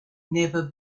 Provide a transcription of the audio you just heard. never